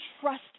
trust